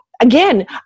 again